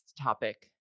topic